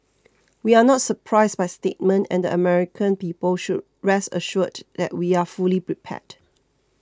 we are not surprised by statement and the American people should rest assured that we are fully prepared